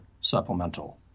supplemental